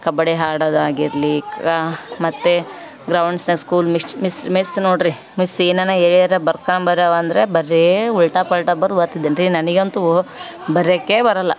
ಕಬ್ಬಡಿ ಆಡೋದಾಗಿರ್ಲಿ ಕಾ ಮತ್ತು ಗ್ರೌಂಡ್ಸಹ ಸ್ಕೂಲ್ ಮಿಸ್ಚ್ ಮಿಸ್ ನೋಡ್ರಿ ಮಿಸ್ ಏನನ ಏರಾ ಬರ್ಕೊಂಬಾರವ ಅಂದರೆ ಬರೀ ಉಲ್ಟಾಪಲ್ಟಾ ಬರಿ ಬರ್ತಿದೆನು ರೀ ನನಗಂತು ಬರ್ಯೋಕ್ಕೆ ಬರೊಲ್ಲ